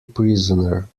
prisoner